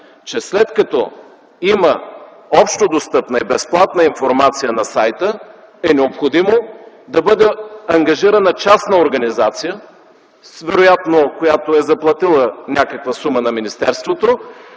че след като има общодостъпна и безплатна информация на сайта е необходимо да бъде ангажирана частна организация – вероятно, която е заплатила някаква сума на министерството,